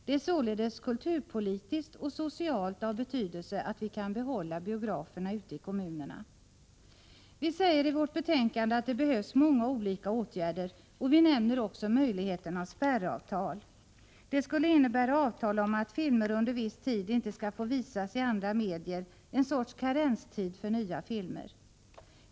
Det är således kulturpolitiskt och socialt av betydelse att vi kan behålla biograferna ute i kommunerna. Vi säger i vårt betänkande att det behövs många olika åtgärder, och vi nämner också möjligheten med spärravtal. Det skulle innebära avtal om att filmer under viss tid inte skall få visas i andra medier — en sorts karenstid för nya filmer.